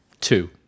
Two